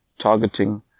targeting